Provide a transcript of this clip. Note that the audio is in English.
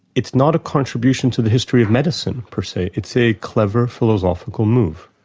it's not a contribution to the history of medicine per se, it's a clever philosophical move.